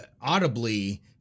audibly